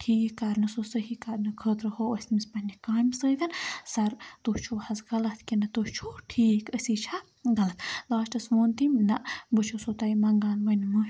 ٹھیٖک کَرنہٕ سُہ صحیح کَرنہٕ خٲطرٕ ہوٚو اَسہِ تٔمِس پنٛنہِ کامہِ سۭتۍ سَر تُہۍ چھُو حظ غلط کِنہ تُہۍ چھُو ٹھیٖک أسی چھا غلط لاسٹَس وون تٔمۍ نہ بہٕ چھُسو تۄہہِ مَنٛگان ونۍ مٲفی